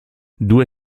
due